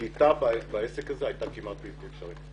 השליטה בעסק הזה הייתה כמעט בלתי אפשרית.